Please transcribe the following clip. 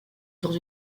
dans